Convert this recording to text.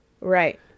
right